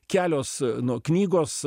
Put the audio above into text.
kelios nu knygos